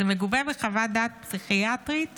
זה מגובה בחוות דעת פסיכיאטרית